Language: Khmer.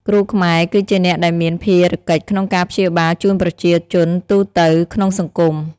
គ្រូខ្មែរគឺជាអ្នកដែលមានភារកិច្ចក្នុងការព្យាបាលជូនប្រជាជនទូទៅក្នុងសង្គម។